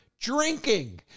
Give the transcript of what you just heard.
Drinking